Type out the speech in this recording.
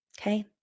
Okay